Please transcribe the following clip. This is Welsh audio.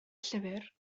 llyfr